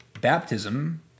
Baptism